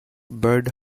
bird